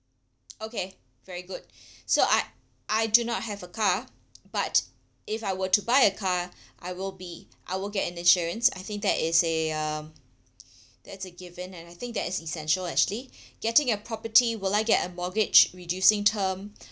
okay very good so I I do not have a car but if I were to buy a car I will be I will get an insurance I think that is a um that's a uh given and I think that is essential actually getting a property will I get a mortgage reducing term